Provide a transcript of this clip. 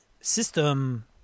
system